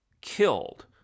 killed